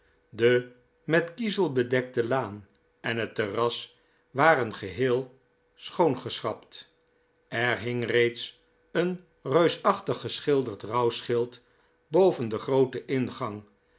de met kiezel bedekte laan en het terras waren geheel sclioon geschrabt er hing reeds een reusachtig geschilderd rouwschild boven den grooten ingang